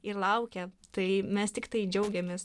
ir laukia tai mes tiktai džiaugiamės